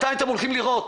מתי אתם הולכים לראות?